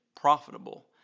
profitable